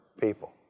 people